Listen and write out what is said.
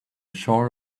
shore